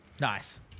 Nice